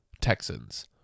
Texans